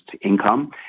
income